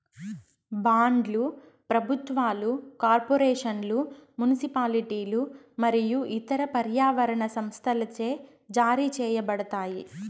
బాండ్లు ప్రభుత్వాలు, కార్పొరేషన్లు, మునిసిపాలిటీలు మరియు ఇతర పర్యావరణ సంస్థలచే జారీ చేయబడతాయి